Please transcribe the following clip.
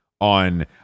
on